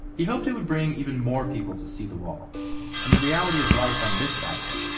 he hoped it would bring even more people to see the wall and the reality of life on this side of it.